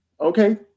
okay